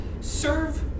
serve